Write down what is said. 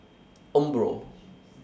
Umbro